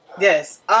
Yes